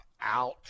out